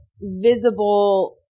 visible